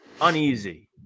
uneasy